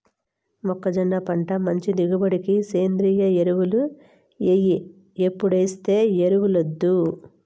మొక్కజొన్న పంట మంచి దిగుబడికి సేంద్రియ ఎరువులు ఎయ్యి ఎప్పుడేసే ఎరువులొద్దు